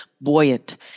Buoyant